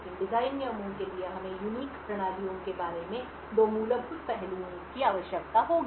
इन design नियमों के लिए हमें अद्वितीय प्रणालियों के बारे में दो मूलभूत पहलुओं की आवश्यकता होगी